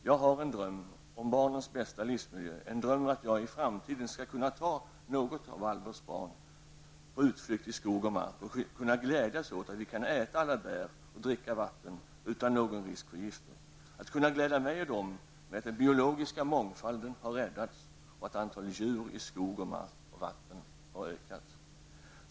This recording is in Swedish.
Jag har en dröm, om barnens bästa livsmiljö, en dröm att jag i framtiden skall kunna ta något av Alberts barn på utflykt i skog och mark och kunna glädjas åt att vi kan äta alla bär och dricka vatten utan någon risk för gifter, att kunna glädja mig och dem med att den biologiska mångfalden har räddats och att antalet djur i skog, mark och vatten har ökat.